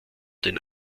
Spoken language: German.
den